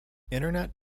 internet